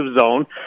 zone